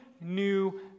new